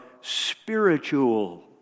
spiritual